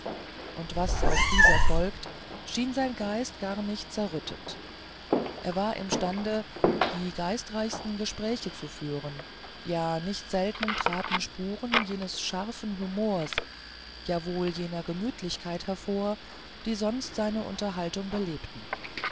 und was aus dieser folgte schien sein geist gar nicht zerrüttet er war imstande die geistreichsten gespräche zu führen ja nicht selten traten spuren jenes scharfen humors ja wohl jener gemütlichkeit hervor die sonst seine unterhaltung belebten